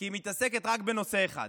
כי היא מתעסקת רק בנושא אחד,